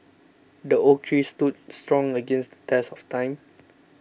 the oak tree stood strong against the test of time